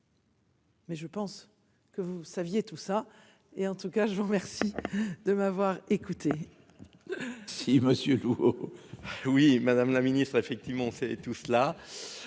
Mais je pense que vous saviez tout ça et en tout cas je vous remercie de m'avoir écouté. Si Monsieur. Oui, madame la ministre, effectivement c'est tout cela.